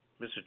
Mr